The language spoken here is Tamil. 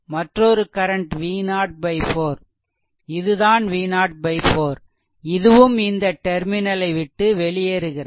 மற்றொரு கரண்ட் V0 4 இதுதான் V0 4 இதுவும் இந்த டெர்மினல் ஐ விட்டு வெளியேறுகிறது